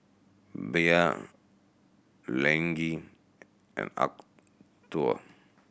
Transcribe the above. Bia Laneige and Acuto